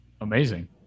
Amazing